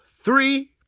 three